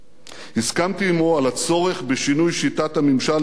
הסכמתי עמו על הצורך בשינוי שיטת הממשל בישראל